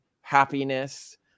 happiness